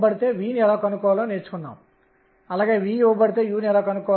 నేను వీటిని ప్రతీకాత్మకంగా గీస్తున్నాను ఈ కోణాలు ఖచ్చితమైనవిగా వ్రాయబడలేదు